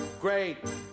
great